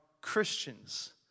Christians